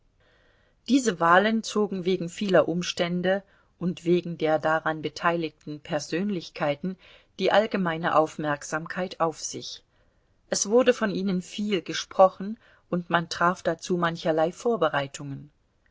diese wahlen zogen wegen vieler umstände und wegen der daran beteiligten persönlichkeiten die allgemeine aufmerksamkeit auf sich es wurde von ihnen viel gesprochen und man traf dazu mancherlei vorbereitungen